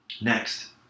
Next